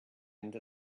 into